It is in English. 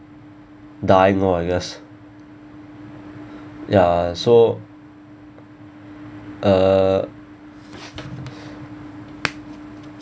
dying oh I guess ya so uh